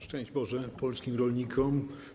Szczęść Boże polskim rolnikom.